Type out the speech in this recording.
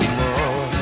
more